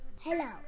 Hello